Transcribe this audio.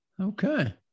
Okay